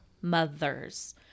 mothers